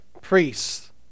priests